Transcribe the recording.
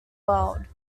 world